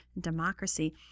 democracy